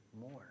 more